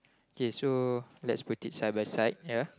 okay so lets predict side by side ya